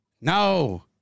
no